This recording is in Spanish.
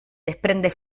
desprende